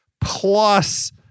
plus